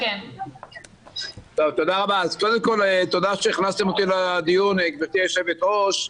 תודה שהכנסתם אותי לדיון, גברתי היושבת-ראש.